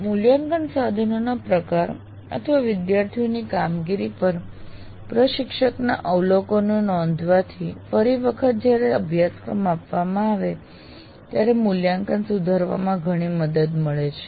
મૂલ્યાંકન સાધનોના પ્રકાર અથવા વિદ્યાર્થીઓની કામગીરી પર પ્રશિક્ષકનાં અવલોકનો નોંધવાથી ફરી વખત જ્યારે સમાન અભ્યાસક્રમ આપવામાં આવે ત્યારે મૂલ્યાંકન સુધારવામાં ઘણી મદદ મળે છે